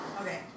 Okay